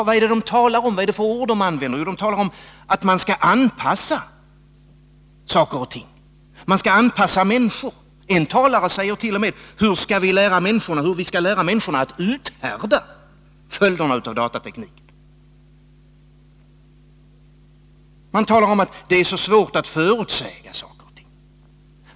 Vad är det de talar om, vad är det för ord de använder? Jo, de talar om att man skall anpassa saker och ting, man skall anpassa människor. En talare säger t.o.m.: Hur skall vi lära människorna att uthärda följderna av datatekniken? Man talar om att det är så svårt att förutsäga saker och ting.